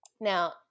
Now